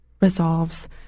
resolves